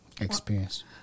experience